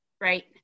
Right